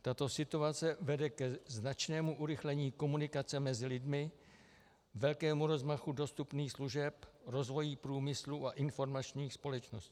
Tato situace vede ke značnému urychlení komunikace mezi lidmi, velkému rozmachu dostupných služeb, rozvoji průmyslu a informačních společností.